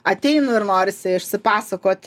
ateinu ir norisi išsipasakot